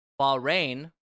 Bahrain